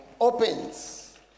opens